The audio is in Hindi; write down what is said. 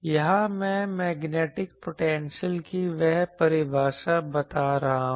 यहाँ मैं मैग्नेटिक पोटेंशियल की वह परिभाषा बता रहा हूँ